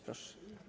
Proszę.